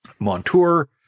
Montour